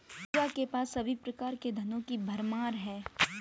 पूजा के पास सभी प्रकार के धनों की भरमार है